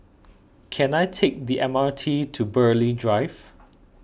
can I take the M R T to Burghley Drive